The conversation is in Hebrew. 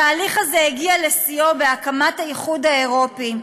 התהליך הזה הגיע לשיאו בהקמת האיחוד האירופי,